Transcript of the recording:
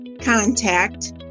contact